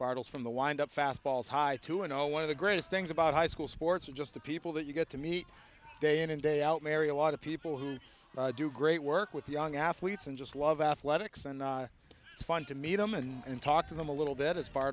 bottles from the wind up fastballs high two and zero one of the greatest things about high school sports are just the people that you get to meet day in and day out marry a lot of people who do great work with young athletes and just love athletics and it's fun to meet them and talk to them a little bit as bar